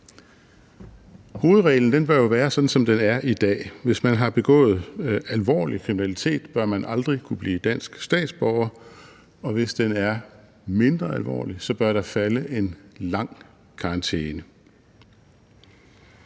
Hovedreglen bør jo være sådan, som den er i dag, altså at man, hvis man har begået alvorlig kriminalitet, aldrig bør kunne blive dansk statsborger, og at der, hvis den er mindre alvorlig, så bør falde en lang karantæne.